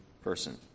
person